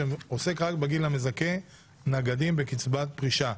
זה עוסק רק בגיל המזכה נגדים בקצבת פרישה.